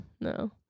No